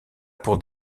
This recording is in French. pour